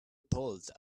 pulled